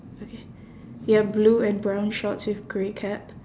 okay ya blue and brown shorts with grey cap